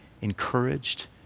encouraged